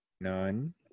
None